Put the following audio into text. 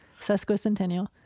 Sesquicentennial